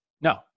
No